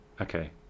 Okay